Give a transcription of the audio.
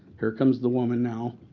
here comes the woman now.